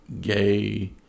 gay